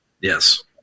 Yes